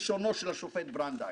כלשונו של השופט ברנדייס.